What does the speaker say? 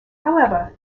however